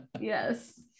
yes